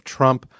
Trump